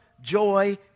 joy